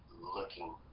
looking